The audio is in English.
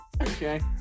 okay